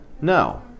No